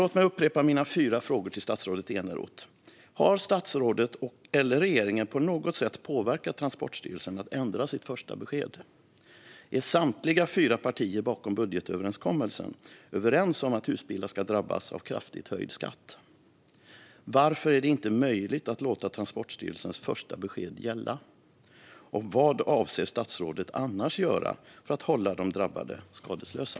Låt mig upprepa mina fyra frågor till statsrådet Eneroth: Har statsrådet eller regeringen på något sätt påverkat Transportstyrelsen att ändra sitt första besked? Är samtliga fyra partier bakom budgetöverenskommelsen överens om att husbilar ska drabbas av kraftigt höjd skatt? Varför är det inte möjligt att låta Transportstyrelsens första besked gälla? Vad avser statsrådet annars att göra för att hålla de drabbade skadeslösa?